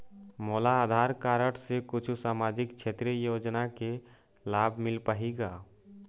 मोला आधार कारड से कुछू सामाजिक क्षेत्रीय योजना के लाभ मिल पाही का?